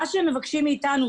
מה שהם מבקשים מאתנו,